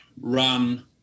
run